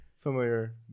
familiar